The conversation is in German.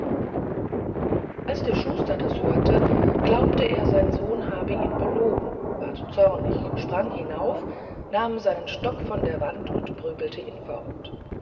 wie der schuster das hörte glaubte er sein sohn habe ihn belogen ward zornig sprang hinauf nahm seinen stock von der wand und prügelte ihn fort